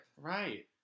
right